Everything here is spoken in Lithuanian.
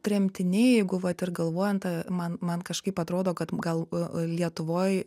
tremtiniai jeigu vat ir galvojant man man kažkaip atrodo kad gal lietuvoj